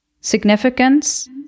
significance